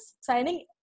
signing